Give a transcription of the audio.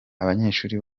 abanyeshuri